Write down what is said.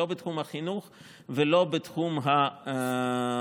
לא בתחום החינוך ולא בתחום התחבורה,